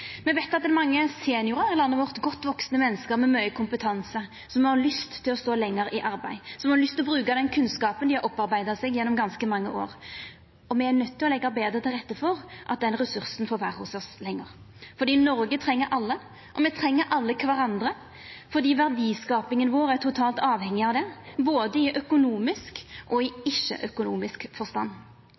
Me veit at det er mange seniorar i landet vårt, godt vaksne menneske med mykje kompetanse, som har lyst til å stå lenger i arbeid, som har lyst til å bruka den kunnskapen dei har opparbeidd seg gjennom ganske mange år. Me er nøydde til å leggja betre til rette for at den ressursen får vera hos oss lenger. For Noreg treng alle. Me treng alle kvarandre fordi verdiskapinga vår er totalt avhengig av det, både i økonomisk og ikkje-økonomisk forstand. Så auka fagkompetanse og ikkje